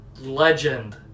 legend